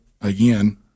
again